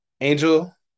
Angel